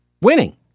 Winning